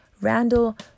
Randall